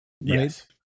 yes